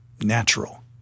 natural